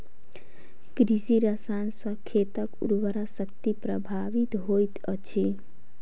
कृषि रसायन सॅ खेतक उर्वरा शक्ति प्रभावित होइत अछि